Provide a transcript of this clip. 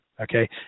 Okay